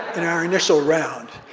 in our initial round,